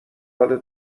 حال